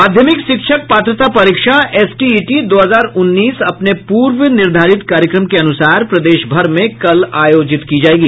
माध्यमिक शिक्षक पात्रता परीक्षा एसटीईटी दो हजार उन्नीस अपने पूर्व निर्धारित कार्यक्रम के अनुसार प्रदेश भर में कल आयोजित की जायेगी